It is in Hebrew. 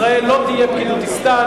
ישראל לא תהיה פקידותיסטן,